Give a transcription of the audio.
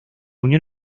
unión